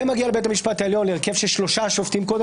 זה מגיע לבית המשפט העליון להרכב של שלושה שופטים כ"א,